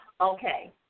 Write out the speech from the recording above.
Okay